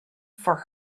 for